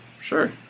sure